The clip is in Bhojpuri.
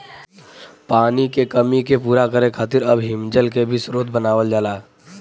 पानी के कमी के पूरा करे खातिर अब हिमजल के भी स्रोत बनावल जाला